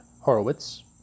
Horowitz